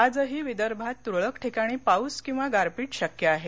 आजही विदर्भात तुरळक ठिकाणी पाऊस किंवा गारपीट शक्य आहे